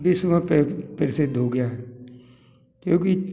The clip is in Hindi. विश्व में प्रसिद्ध हो गया क्योंकि